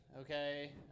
Okay